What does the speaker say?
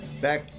back